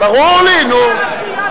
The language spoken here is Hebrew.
ראשי הרשויות,